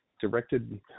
directed